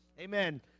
Amen